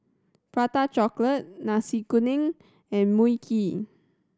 Prata Chocolate Nasi Kuning and Mui Kee